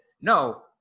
no